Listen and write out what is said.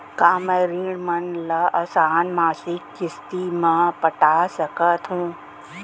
का मैं ऋण मन ल आसान मासिक किस्ती म पटा सकत हो?